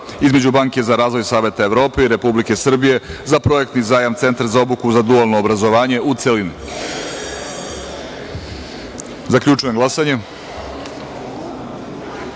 između Banke za razvoj Saveta Evrope i Republike Srbije za projektni zajam - Centar za obuku za dualno obrazovanje, u celini. Zaključujem glasanje: